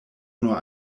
nur